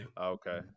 okay